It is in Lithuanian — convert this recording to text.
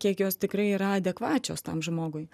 kiek jos tikrai yra adekvačios tam žmogui